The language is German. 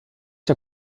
der